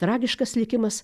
tragiškas likimas